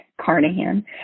Carnahan